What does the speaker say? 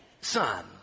son